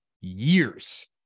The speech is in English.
years